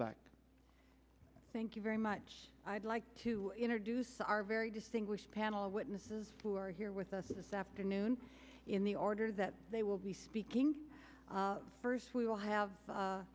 back thank you very much i'd like to introduce our very distinguished panel of witnesses who are here with us this afternoon in the order that they will be speaking first we will have